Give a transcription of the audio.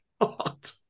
God